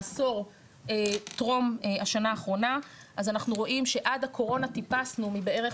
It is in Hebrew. העשור טרום השנה האחרונה אז אנחנו רואים שעד הקורונה טיפסנו מבערך